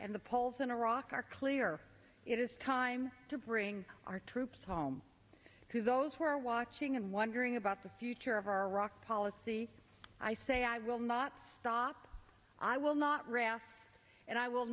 and the polls in iraq are clear it is time to bring our troops home to those who are watching and wondering about the future of our iraq policy i say i will not stop i will not wrath and i will